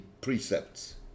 precepts